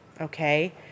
okay